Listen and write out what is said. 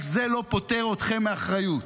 רק זה לא פוטר אתכם מאחריות.